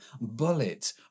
bullet